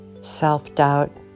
self-doubt